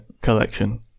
collection